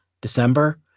December